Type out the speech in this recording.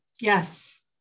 Yes